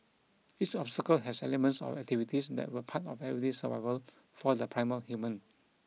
each obstacle has elements of activities that were part of everyday survival for the primal human